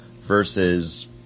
versus